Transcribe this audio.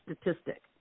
statistic